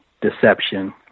deception